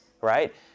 right